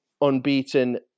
unbeaten